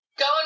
go